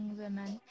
women